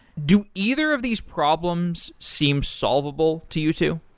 do either of these problems seem solvable to you two?